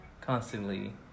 constantly